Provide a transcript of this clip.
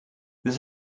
there